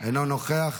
אינו נוכח,